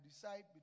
decide